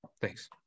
Thanks